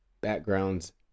backgrounds